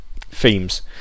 themes